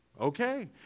okay